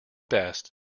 best